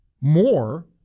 more